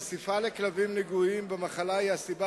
חשיפה לכלבים נגועים במחלה היא הסיבה